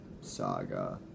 saga